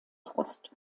frost